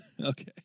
Okay